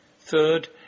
third